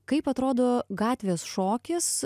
kaip atrodo gatvės šokis